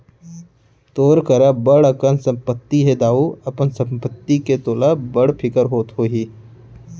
तोर करा बड़ अकन संपत्ति हे दाऊ, अपन संपत्ति के तोला बड़ फिकिर होत होही